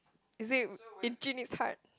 is it in timid heart